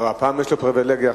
הפעם יש לו פריווילגיה,